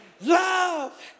Love